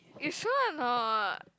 you sure or not